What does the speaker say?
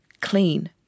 clean